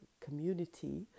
community